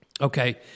Okay